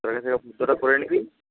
ফর্দটা করে নিবি